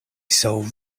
soul